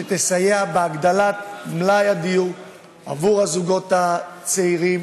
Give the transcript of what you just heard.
שתסייע בהגדלת מלאי הדיור עבור הזוגות הצעירים